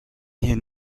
denn